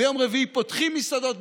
ביום רביעי פותחים מסעדות,